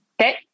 Okay